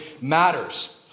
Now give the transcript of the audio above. matters